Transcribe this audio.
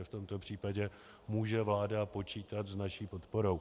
V tomto případě může vláda počítat s naší podporou.